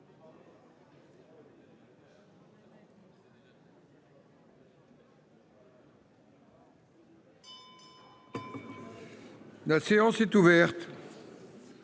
La séance est ouverte.--